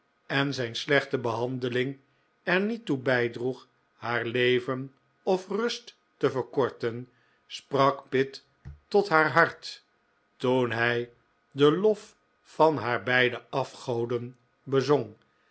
en zijn slechte behandeling er niet toe bijdroeg haar leven of rust te verkorten sprak pitt tot haar hart toen hij den lof van haar beide afgoden bezong